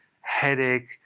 headache